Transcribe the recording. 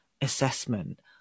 assessment